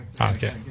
Okay